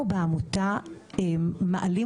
אנחנו בעמותה מעלים